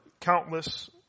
countless